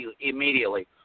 immediately